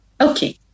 Okay